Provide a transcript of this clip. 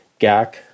GAC